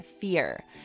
fear